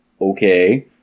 okay